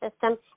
system